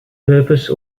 purpose